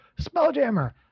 Spelljammer